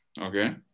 Okay